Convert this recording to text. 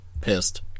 pissed